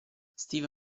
steve